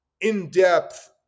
in-depth